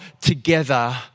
together